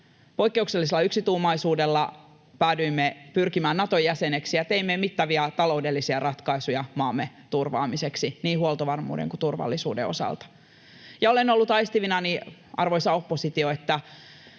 Poikkeuksellisella yksituumaisuudella päädyimme pyrkimään Naton jäseneksi ja teimme mittavia taloudellisia ratkaisuja maamme turvaamiseksi niin huoltovarmuuden kuin turvallisuuden osalta. Ja olen ollut aistivinani, arvoisa oppositio, että